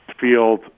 field